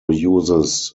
uses